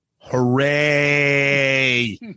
Hooray